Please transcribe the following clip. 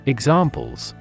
Examples